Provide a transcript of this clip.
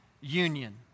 union